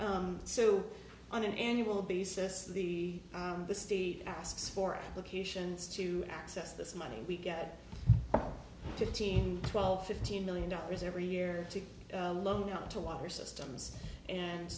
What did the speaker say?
so on an annual basis the the state asks for applications to access this money we get fifteen twelve fifteen million dollars every year to loan up to water systems and